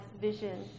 vision